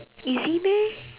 easy meh